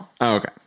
Okay